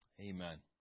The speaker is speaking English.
Amen